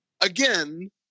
Again